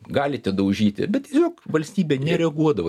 galite daužyti bet tiesiog valstybė nereaguodavo